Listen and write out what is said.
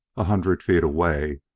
a hundred feet away,